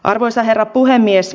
arvoisa herra puhemies